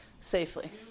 safely